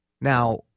Now